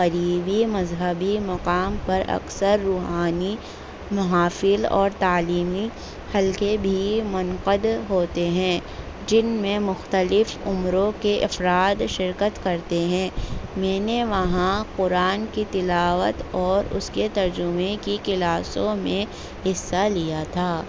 قریبی مذہبی مقام پر اکثر روحانی محافل اور تعلیمی حلقے بھی منعقد ہوتے ہیں جن میں مختلف عمروں کے افراد شرکت کرتے ہیں میں نے وہاں قرآن کی تلاوت اور اس کے ترجمے کی کلاسوں میں حصہ لیا تھا